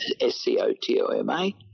S-C-O-T-O-M-A